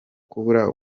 kubura